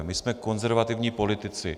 My jsme konzervativní politici.